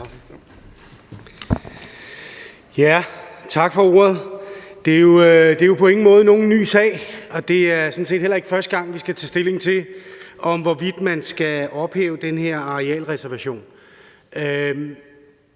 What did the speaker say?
Tak for ordet. Det er jo på ingen måde nogen ny sag, og det er sådan set heller ikke første gang, vi skal tage stilling til, hvorvidt man skal ophæve den her arealreservation.